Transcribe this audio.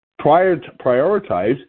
Prioritize